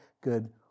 good